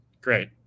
great